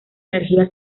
energía